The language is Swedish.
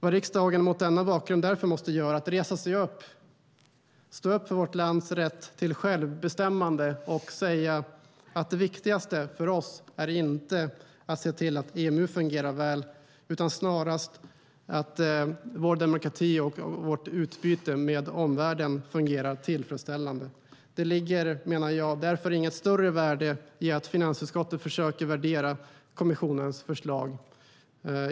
Vad riksdagen mot denna bakgrund därför måste göra är att resa sig upp, stå upp för vårt lands rätt till självbestämmande och säga att det viktigaste för oss inte är att se till att EMU fungerar väl utan snarast att se till att vår demokrati och vårt utbyte med omvärlden fungerar tillfredsställande. Det ligger, menar jag, därför inget större värde i att finansutskottet försöker värdera kommissionens förslag.